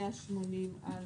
180א,